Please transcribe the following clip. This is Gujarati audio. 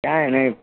કાઈ નઈ